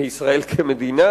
מישראל כמדינה,